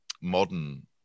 modern